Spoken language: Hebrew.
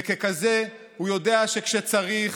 וככזה, הוא יודע שכשצריך